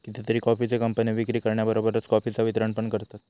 कितीतरी कॉफीचे कंपने विक्री करण्याबरोबरच कॉफीचा वितरण पण करतत